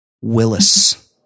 Willis